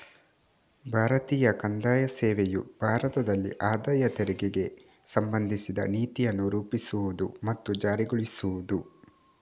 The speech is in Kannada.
ಭಾರತೀಯ ಕಂದಾಯ ಸೇವೆಯು ಭಾರತದಲ್ಲಿ ಆದಾಯ ತೆರಿಗೆಗೆ ಸಂಬಂಧಿಸಿದ ನೀತಿಯನ್ನು ರೂಪಿಸುವುದು ಮತ್ತು ಜಾರಿಗೊಳಿಸುವುದು